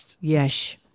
Yes